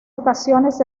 ocasiones